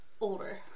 older